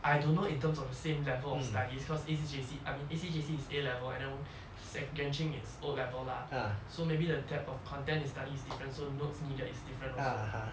I don't know in terms of the same level of studies cause A_C J_C I mean A_C J_C is A level and I know sec yuan ching is O level lah so maybe the type of content they study is different so notes needed is different also